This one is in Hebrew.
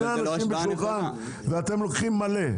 שני אנשים בשולחן, ואתם לוקחים המון.